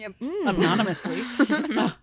anonymously